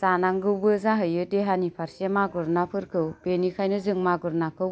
जानांगौबो जाहैयो देहानि फारसे मागुर नाफोरखौ बेनिखायनो जों मागुर नाखौ